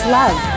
love